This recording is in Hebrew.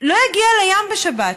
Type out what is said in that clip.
הליכה מהים לא יגיע לים בשבת.